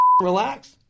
relax